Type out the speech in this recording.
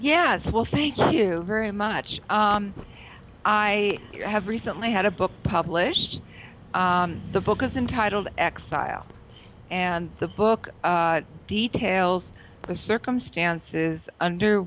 yes well thank you very much i have recently had a book published the focus in titled exile and the book details the circumstances under